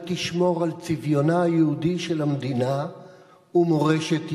תשמור על צביונה היהודי של המדינה ומורשת ישראל.